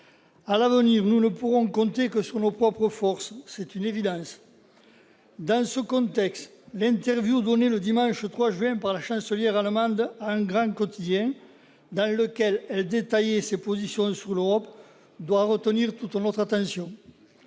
À l'avenir, nous ne pourrons compter que sur nos propres forces, c'est une évidence. Dans ce contexte, l'interview accordée le dimanche 3 juin par la chancelière allemande à un grand quotidien, dans lequel elle détaille ses positions sur l'Europe, doit retenir toute notre attention.